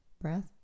breath